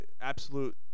Absolute